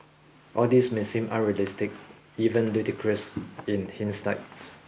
all this may seem unrealistic even ludicrous in hindsight